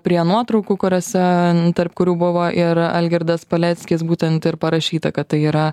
prie nuotraukų kuriose tarp kurių buvo ir algirdas paleckis būtent ir parašyta kad tai yra